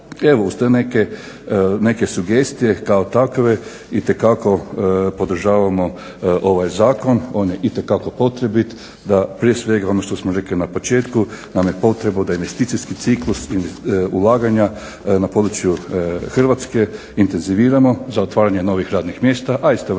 Evo uz te neke sugestije kao takve. Itekako podržavamo ovaj zakon. On je itekako potrebit da prije svega ono što smo rekli na početku, naime potrebu da investicijski ciklus ulaganja na području Hrvatske intenziviramo za otvaranje novih radnih mjesta, a istovremeno